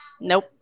Nope